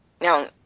Now